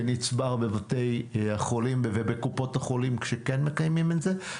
שנצבר בבתי החולים ובקופות החולים שכן מקיימים את זה.